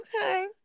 Okay